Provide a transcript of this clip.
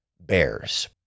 Bears